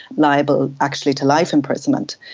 liable actually to life imprisonment.